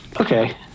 Okay